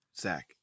Zach